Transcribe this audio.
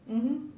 mmhmm